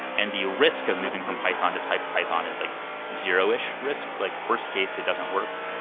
and the risk of moving from python to type python is like zero-ish risk. like worst case, it doesn't work,